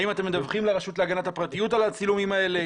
האם אתם מדווחים לרשות להגנת הפרטיות על הצילומים האלה,